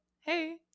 hey